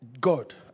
God